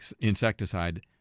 insecticide